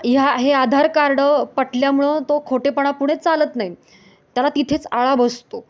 ह्या हे आधार कार्ड पटल्यामुळं तो खोटेपणापुढे चालत नाही त्याला तिथेच आळा बसतो